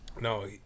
No